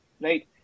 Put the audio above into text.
right